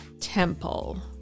Temple